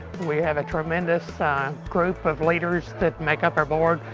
we have a tremendous group of leaders that make up our board.